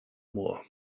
more